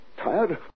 Tired